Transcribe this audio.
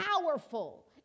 powerful